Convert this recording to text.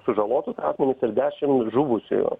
sužalotus asmenis ir dešim žuvusiųjų